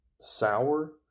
sour